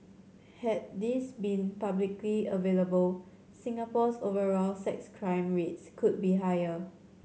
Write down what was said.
had these been publicly available Singapore's overall sex crime rates could be higher